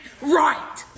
Right